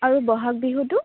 আৰু বহাগ বিহুটো